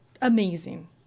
Amazing